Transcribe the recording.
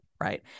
right